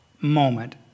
moment